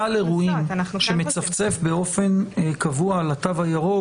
בעל אירועים שמצפצף באופן קבוע על התו הירוק,